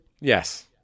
Yes